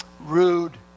rude